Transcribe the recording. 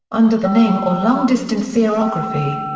under the name or long distance xerography.